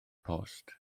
post